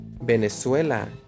Venezuela